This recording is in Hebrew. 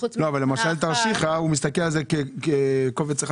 אבל בתרשיחא הוא מסתכל על זה כקובץ אחד